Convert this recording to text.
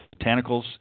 Botanicals